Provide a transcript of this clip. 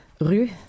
rue